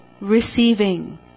receiving